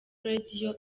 radio